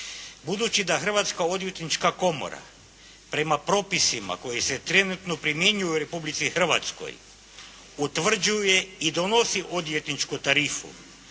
"Budući da Hrvatska odvjetnička komora prema propisima koji se trenutno primjenjuju u Republici Hrvatskoj utvrđuje i donosi odvjetničku tarifu